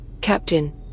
Captain